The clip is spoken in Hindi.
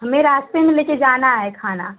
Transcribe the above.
हमें रास्ते में ले के जाना है खाना